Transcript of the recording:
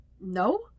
No